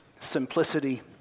simplicity